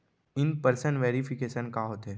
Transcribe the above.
In person verification का होथे?